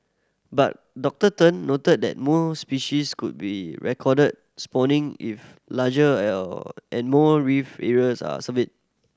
but Doctor Tun noted that more species could be recorded spawning if larger and more reef areas are surveyed